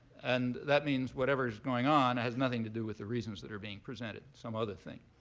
and that means whatever's going on has nothing to do with the reasons that are being presented. some other thing.